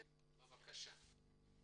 בבקשה.